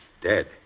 Dead